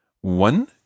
One